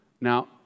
Now